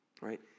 Right